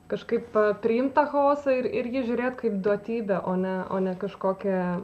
kažkaip priimt tą chaosą ir ir į jį žiūrėt kaip duotybę o ne o ne kažkokią